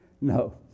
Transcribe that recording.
No